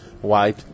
white